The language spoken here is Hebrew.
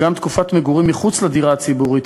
גם "תקופות מגורים מחוץ לדירה הציבורית,